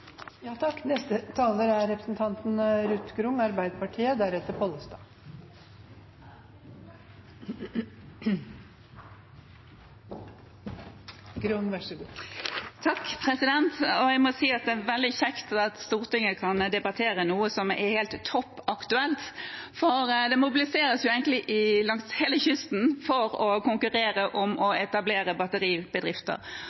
Jeg må si det er veldig kjekt at Stortinget kan debattere noe som er topp aktuelt, for det mobiliseres egentlig langs hele kysten for å konkurrere om